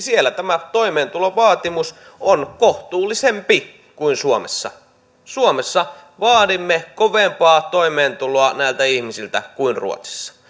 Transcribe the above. siellä tämä toimeentulovaatimus on kohtuullisempi kuin suomessa suomessa vaadimme kovempaa toimeentuloa näiltä ihmisiltä kuin ruotsissa